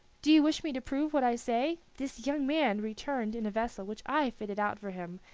do you wish me to prove what i say? this young man returned in a vessel which i fitted out for him,